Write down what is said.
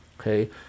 Okay